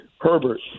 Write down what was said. Herbert